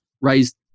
raised